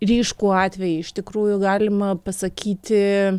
ryškų atvejį iš tikrųjų galima pasakyti